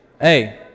hey